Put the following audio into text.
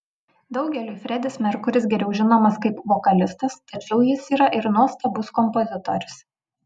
daugeliui fredis merkuris geriau žinomas kaip vokalistas tačiau jis yra ir nuostabus kompozitorius